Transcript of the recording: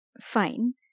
fine